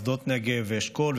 שדות נגב ואשכול,